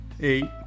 eight